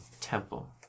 Temple